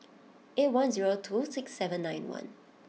eight one zero two six seven nine one